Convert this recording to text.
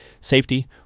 Safety